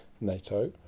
NATO